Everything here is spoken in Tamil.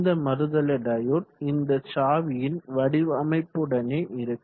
இந்த மறுதலை டையோடு இந்த சாவியின் வடிவமைப்புடனே இருக்கும்